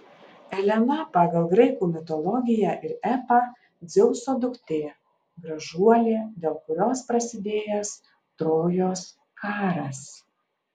elena pagal graikų mitologiją ir epą dzeuso duktė gražuolė dėl kurios prasidėjęs trojos karas